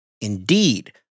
Indeed